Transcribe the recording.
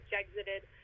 exited